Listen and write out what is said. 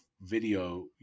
video